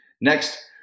Next